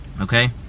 Okay